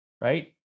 right